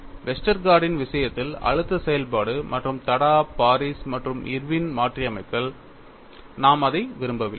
வெஸ்டர்கார்ட்டின் Westergaard's விஷயத்தில் அழுத்த செயல்பாடு மற்றும் தடா பாரிஸ் மற்றும் இர்வின் மாற்றியமைத்தல் நாம் அதை விரும்பவில்லை